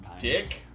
dick